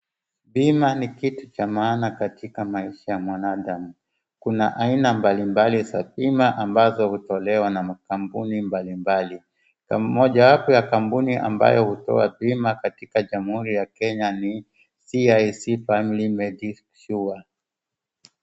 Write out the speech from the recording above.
Bima ni kitu cha maana katika maisha ya mwanadamu. Kuna aina mbalimbali za bima ambazo hutolewa na makampuni mbalimbali. Mojawapo ya kampuni ambayo hutoa bima katika jamhuri ya Kenya ni CIC Family Medisure .